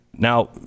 Now